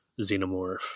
Xenomorph